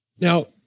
Now